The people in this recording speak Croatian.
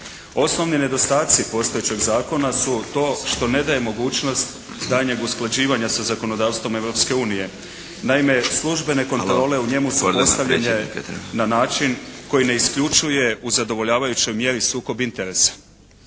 Osnovni nedostaci postojećeg zakona su to što ne daje mogućnost daljnjeg usklađivanja sa zakonodavstvom Europske unije. Naime službene kontrole u njemu su postavljene na način koji ne isključuje u zadovoljavajućoj mjeri sukob interesa.